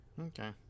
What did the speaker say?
Okay